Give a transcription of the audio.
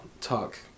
talk